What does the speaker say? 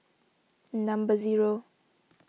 number zero